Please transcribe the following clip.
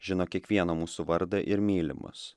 žino kiekvieno mūsų vardą ir myli mus